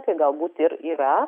tai galbūt ir yra